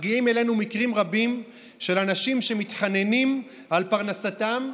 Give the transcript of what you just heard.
מגיעים אלינו מקרים רבים של אנשים שמתחננים על פרנסתם,